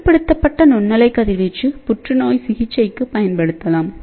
கட்டுப்படுத்தப்பட்ட நுண்ணலை கதிர்வீச்சு புற்றுநோய் சிகிச்சைக்குப் பயன்படுத்தப்படலாம்